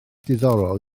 diddorol